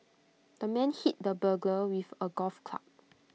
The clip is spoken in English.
the man hit the burglar with A golf club